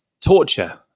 torture